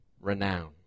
renown